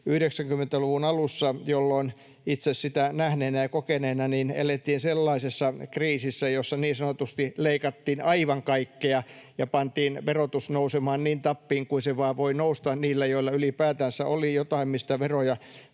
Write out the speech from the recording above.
90-luvun alussa, jolloin — itse sitä nähneenä ja kokeneena — elettiin sellaisessa kriisissä, jossa niin sanotusti leikattiin aivan kaikkea ja pantiin verotus nousemaan niin tappiin kuin se vaan voi nousta niillä, joilla ylipäätänsä oli jotain, mistä veroja